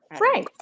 Right